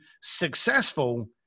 successful